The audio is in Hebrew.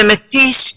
מתיש,